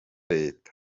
leta